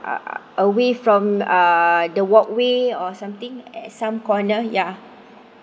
a~ away from uh the walkway or something some corner ya